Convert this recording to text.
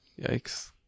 Yikes